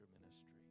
ministry